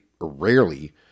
rarely